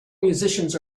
musicians